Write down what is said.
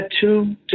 two